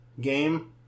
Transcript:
game